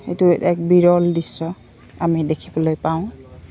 সেইটো এক বিৰল দৃশ্য আমি দেখিবলৈ পাওঁ